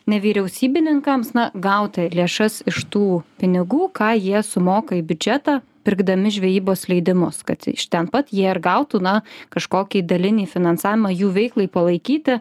nevyriausybininkams na gauti lėšas iš tų pinigų ką jie sumoka į biudžetą pirkdami žvejybos leidimus kad iš ten pat jie ir gautų na kažkokį dalinį finansavimą jų veiklai palaikyti